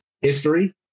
History